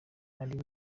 ari